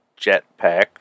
jetpack